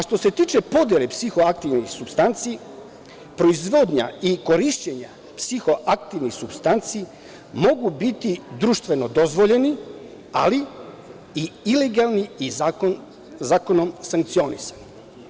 Što se tiče podele psihoaktivnih supstanci, proizvodnja i korišćenje psihoaktivnih supstanci mogu biti društveno dozvoljeni, ali i ilegalni i zakonom sankcionisani.